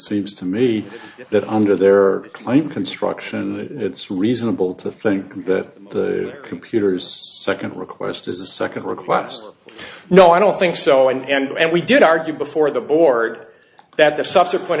seems to me that under their claim construction it's reasonable to think that the computers second request is a second request no i don't think so and we did argue before the board that the subsequent